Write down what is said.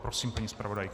Prosím, paní zpravodajko.